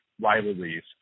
rivalries